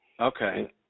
Okay